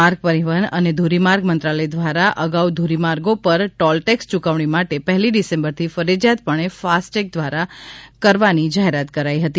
માર્ગ પરીવહન અને ધોરીમાર્ગ મંત્રાલય ધ્વારા અગાઉ ધોરીમાર્ગો પર ટોલ ટેક્ષ યુકવણી માટે પહેલી ડિસેમ્બરથી ફરજીયાત પણે ફાસ્ટ ટેગ ધ્વારા કરવાની જાહેરાત કરાઇ હતી